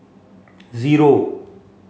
zero